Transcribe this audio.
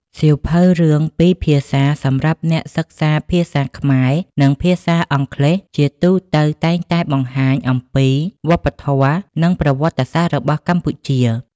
សៀវភៅរឿងពីរភាសាសម្រាប់អ្នកសិក្សាភាសាខ្មែរ និងភាសាអង់គ្លេស ជាទូទៅតែងតែបង្ហាញអំពី វប្បធម៌ និង ប្រវត្តិសាស្ត្រ របស់កម្ពុជា។